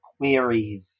queries